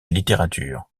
littérature